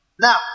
now